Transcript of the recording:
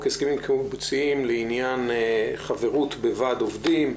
הסכמים קיבוציים לעניין חברות בוועד עובדים,